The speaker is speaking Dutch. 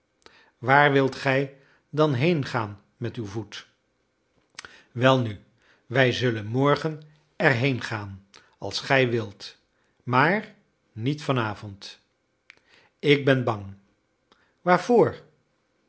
waar wilt gij dan heengaan met uw voet welnu wij zullen morgen erheen gaan als gij wilt maar niet vanavond ik ben bang waarvoor